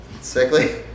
sickly